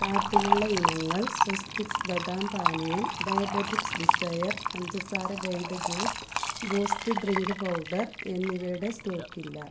കാർട്ടിലുള്ള ഇനങ്ങൾ സ്വസ്തിക്സ് ബദാം പാനീയം ഡയബെറ്റിക്സ് ഡിസയർ പഞ്ചസാര രഹിത ജ്യൂസ് ബൂസ്റ്റ് ഡ്രിങ്ക് പൗഡർ എന്നിവയുടെ സ്റ്റോക്കില്ല